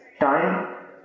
time